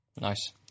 Nice